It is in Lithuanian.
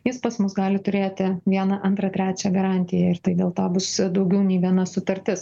jis pas mus gali turėti vieną antrą trečią garantiją ir tai dėl to bus daugiau nei viena sutartis